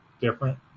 different